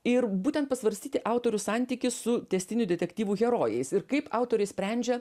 ir būtent pasvarstyti autorių santykį su tęstinių detektyvų herojais ir kaip autoriai sprendžia